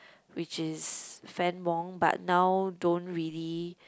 which is Fann-Wong but now don't really